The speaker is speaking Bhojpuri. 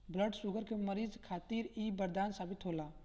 ब्लड शुगर के मरीज खातिर इ बरदान साबित होला